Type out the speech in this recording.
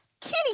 kitty